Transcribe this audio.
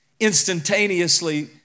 instantaneously